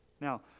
Now